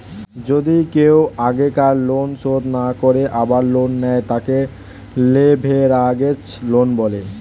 যদি কেও আগেকার লোন শোধ না করে আবার লোন নেয়, তাকে লেভেরাগেজ লোন বলে